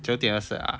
九点二十 liao ah